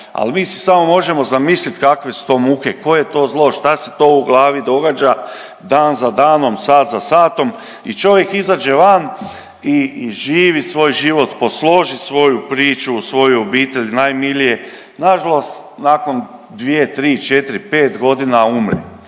Al mi se samo možemo zamislit kakve su to muke, koje je to zlo šta se to u glavi događa dan za danom, sat za satom i čovjek izađe van i živi svoj život, posloži svoju priču, svoju obitelj, najmilije. Nažalost, nakon dvije, tri, četri, pet godina umre,